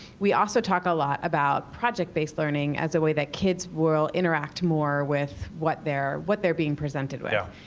we also talked a lot about project-based learning as a way that kids will interact more with what they're what they're being presented with.